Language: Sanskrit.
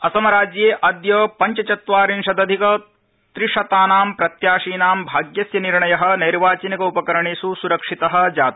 असमराज्ये अद्य पञ्चत्वारिशदधिक त्रिशताना प्रत्याशिना भाग्यस्य निर्णय नैर्वाचनिक उपकरणेष् सुरक्षित जात